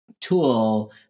tool